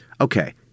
okay